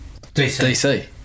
DC